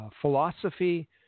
philosophy